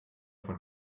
von